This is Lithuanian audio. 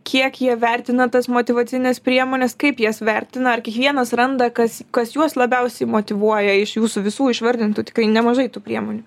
kiek jie vertina tas motyvacines priemones kaip jas vertina ar kiekvienas randa kas kas juos labiausia motyvuoja iš jūsų visų išvardintų tikrai nemažai tų priemonių